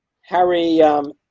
Harry